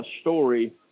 story